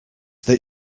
that